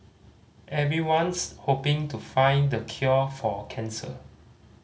everyone's hoping to find the cure for cancer